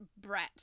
brat